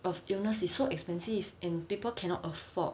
of illness is so expensive and people cannot afford